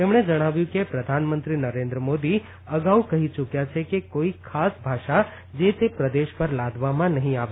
તેમણે જણાવ્યું કે પ્રધાનમંત્રી નરેન્દ્ર મોદી અગાઉ કહી ચૂક્યા છે કે કોઇ ખાસ ભાષા જે તે પ્રદેશ પર લાદવામાં નહી આવે